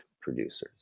producers